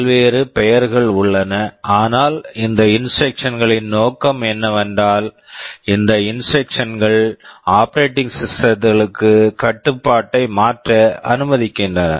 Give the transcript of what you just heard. பல்வேறு பெயர்கள் உள்ளன ஆனால் இந்த இன்ஸ்ட்ரக்க்ஷன்ஸ் instructions களின் நோக்கம் என்னவென்றால் இந்த இன்ஸ்ட்ரக்க்ஷன்ஸ் instructions கள் ஆபரேடிங் சிஸ்டம்ஸ் operating systems களுக்கு கட்டுப்பாட்டை மாற்ற அனுமதிக்கின்றன